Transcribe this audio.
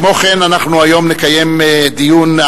כמו כן אנחנו היום נקיים דיון,